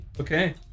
Okay